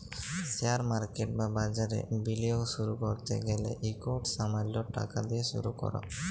share market বা বাজারে বিলিয়গ শুরু ক্যরতে গ্যালে ইকট সামাল্য টাকা দিঁয়ে শুরু কর